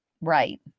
right